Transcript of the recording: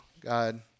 God